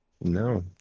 No